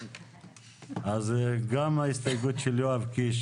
אז גם ההסתייגות של יואב קיש,